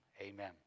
amen